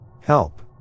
Help